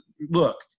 look